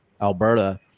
Alberta